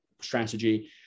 strategy